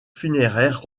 funéraires